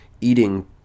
eating